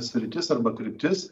sritis arba kryptis